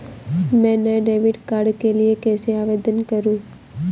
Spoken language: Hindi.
मैं नए डेबिट कार्ड के लिए कैसे आवेदन करूं?